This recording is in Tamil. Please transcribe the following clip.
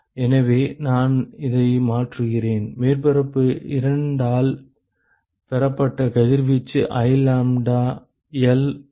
எனவே நான் இதை மாற்றுகிறேன் மேற்பரப்பு 2 ஆல் பெறப்பட்ட கதிர்வீச்சு I லாம்ப்டா L by